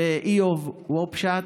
ואיוב וובשת,